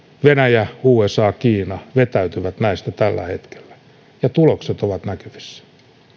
venäjä usa kiina vetäytyvät näistä tällä hetkellä ja tulokset ovat näkyvissä